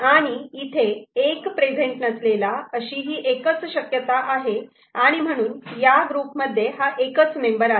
आणि इथे '1' प्रेझेंट नसलेला अशी ही एकच शक्यता आहे आणि म्हणून ह्या ग्रुपमध्ये हा एकच मेंबर आहे